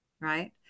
Right